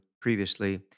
previously